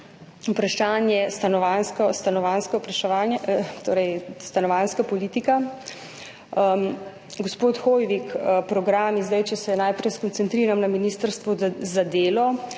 bila stanovanjska politika. Gospod Hoivik, programi, če se najprej skoncentriram na ministrstvo za delo,